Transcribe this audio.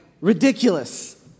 ridiculous